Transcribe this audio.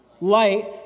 Light